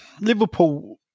Liverpool